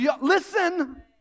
Listen